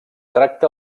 tracta